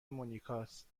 مونیکاست